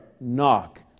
knock